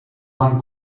van